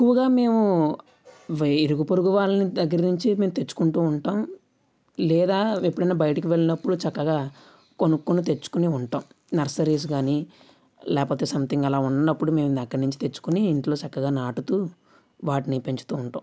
ఎక్కువగా మేము వే ఇరుగు పొరుగు వారి దగ్గర నుంచి మేము తెచ్చుకుంటూ ఉంటాం లేదా ఎప్పుడైనా బయటికి వెళ్ళినప్పుడు చక్కగా కొనుక్కొని తెచ్చుకుని ఉంటాం నర్సరీస్ కాని లేకపోతే సంథింగ్ అలా ఉన్నప్పుడు మేం అక్కడ నుంచి తెచ్చుకొని ఇంట్లో చక్కగా నాటుతూ వాటిని పెంచుతూ ఉంటాం